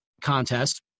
contest